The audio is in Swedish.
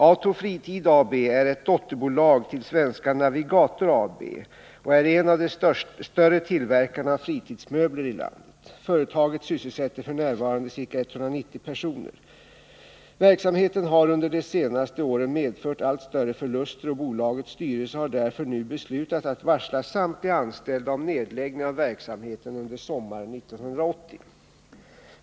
Ato Fritid AB är ett dotterbolag till Svenska Navigator AB och är en av de större tillverkarna av fritidsmöbler i landet. Företaget sysselsätter f. n. ca 190 personer. Verksamheten har under de senaste åren medfört allt större förluster och bolagets styrelse har därför nu beslutat att varsla samtliga anställda om nedläggning av verksamheten under sommaren 1980.